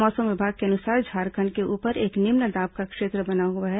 मौसम विभाग के अनुसार झारखंड के ऊपर एक निम्न दाब का क्षेत्र बना हुआ है